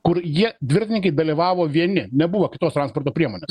kur jie dviratininkai dalyvavo vieni nebuvo kitos transporto priemonės